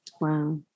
Wow